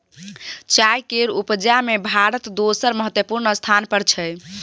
चाय केर उपजा में भारत दोसर महत्वपूर्ण स्थान पर छै